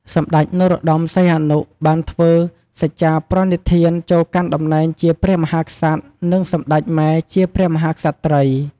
សម្តេច នរោត្តម សីហនុ បានធ្វើសច្ចាប្រណិធាន ចូលកាន់តំណែងជាព្រះមហាក្សត្រ និងសម្តេច ម៉ែ ជាព្រះមហាក្សត្រី។